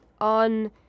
On